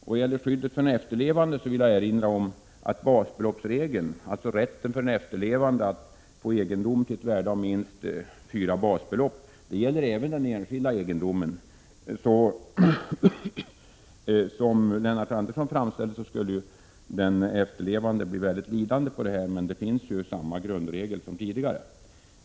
Vad gäller skyddet för efterlevande vill jag erinra om att basbeloppsregeln, om rätten för den efterlevande att få egendom till ett värde av minst fyra basbelopp, gäller även enskild egendom. Lennart Andersson framställer det så att efterlevande skulle kunna bli lidande, men grundregeln är ju densamma som tidigare.